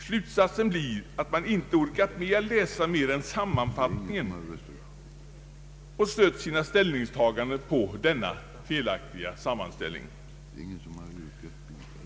Slutsatsen blir att man inte orkat med att läsa mer än sammanfattningen och stött sina ställningstaganden på denna felaktiga sammanfattning.